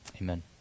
amen